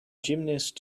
gymnast